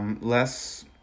less